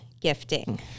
gifting